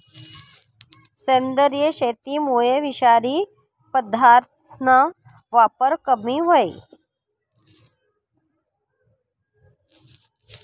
सेंद्रिय शेतीमुये विषारी पदार्थसना वापर कमी व्हयी